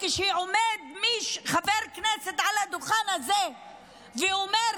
וכשעומד חבר כנסת על הדוכן הזה ואומר: